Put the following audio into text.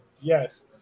Yes